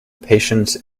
patience